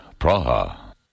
Praha